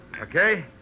Okay